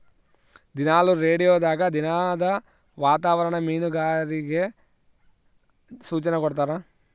ದಿನಾಲು ರೇಡಿಯೋದಾಗ ದಿನದ ವಾತಾವರಣ ಮೀನುಗಾರರಿಗೆ ಸೂಚನೆ ಕೊಡ್ತಾರ